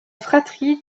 fratrie